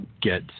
get